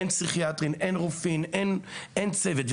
אין פסיכיאטרים; אין רופאים; אין צוות.